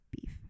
Beef